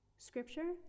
scripture